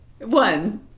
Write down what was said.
one